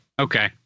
Okay